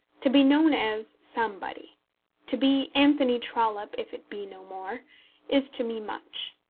to be known as somebody to be anthony trollope if it be no more is to me much.